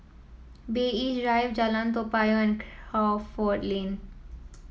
Bay East Drive Jalan Toa Payoh and Crawford Lane